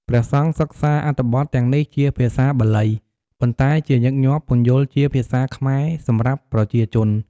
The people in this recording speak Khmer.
ព្រះសង្ឃសិក្សាអត្ថបទទាំងនេះជាភាសាបាលី ប៉ុន្តែជាញឹកញាប់ពន្យល់ជាភាសាខ្មែរសម្រាប់ប្រជាជន។